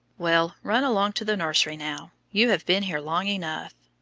well, run along to the nursery now you have been here long enough.